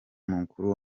mukuru